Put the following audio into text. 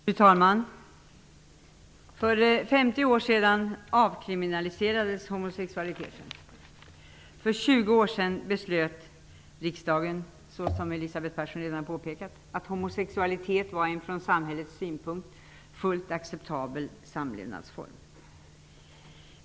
Fru talman! För 50 år sedan avkriminaliserades homosexualiteten. För 20 år sedan beslöt riksdagen, som Elisabeth Persson redan har påpekat, att homosexualitet var en från samhällets synpunkt fullt acceptabel samlevnadsform.